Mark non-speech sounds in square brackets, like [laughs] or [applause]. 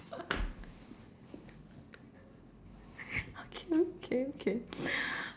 [laughs] okay okay okay